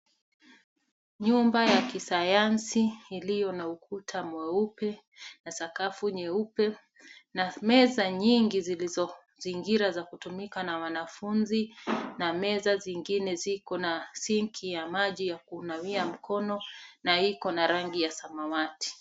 Nyumba ya kisayansi iliyo na ukuta mweupe na sakafu nyeupe ,na meza nyingi zilizozingira za kutumika na wanafunzi na meza zingine ziko na sinki ya maji ya kunawia mkono na iko na rangi ya samawati.